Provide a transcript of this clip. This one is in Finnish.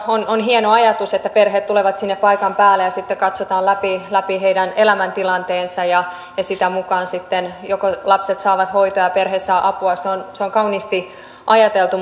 on myöskin hieno ajatus että perheet tulevat sinne paikan päälle ja sitten katsotaan läpi läpi heidän elämäntilanteensa ja sen mukaan sitten lapset saavat hoitoa ja perhe saa apua se on se on kauniisti ajateltu